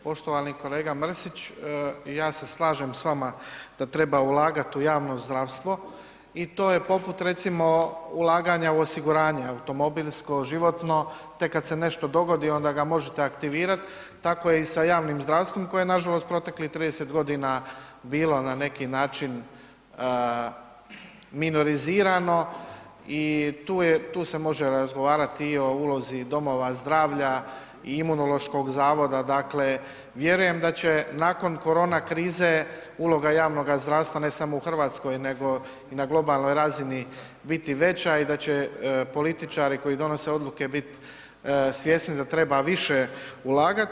Poštovani kolega Mrsić, ja se slažem s vama da treba ulagati u javno zdravstvo i to je poput recimo ulaganja u osiguranje automobilsko, životno, tek kad se nešto dogodi onda ga možete aktivirati tako je i sa javnim zdravstvom koje je nažalost proteklih 30 godina bilo na neki način minorizirano i tu je, tu se može razgovarati i o ulozi domova zdravlja i Imunološkog zavoda, dakle vjerujem da će nakon korona krize uloga javnoga zdravstva ne samo u Hrvatskoj nego i na globalnoj razini biti veća i da će političari koji donose odluke biti svjesni da treba više ulagati.